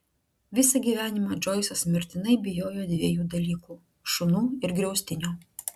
visą gyvenimą džoisas mirtinai bijojo dviejų dalykų šunų ir griaustinio